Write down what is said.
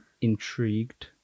intrigued